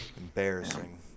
Embarrassing